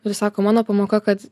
ir sako mano pamoka kad